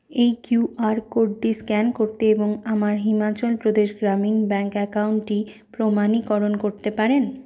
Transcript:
এই Q R কোডটি scan করতে এবং আমার হিমাচল প্রদেশ গ্রামীণ ব্যাংক অ্যাকাউন্টটি প্রমাণীকরণ করতে পারেন